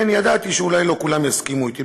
כן, ידעתי שאולי לא כולם יסכימו אתי.